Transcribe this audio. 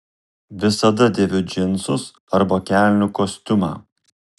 visada dėviu džinsus arba kelnių kostiumą